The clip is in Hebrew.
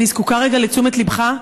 אני זקוקה רגע לתשומת ליבך,